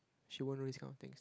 she won't do this kind of things